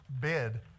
bid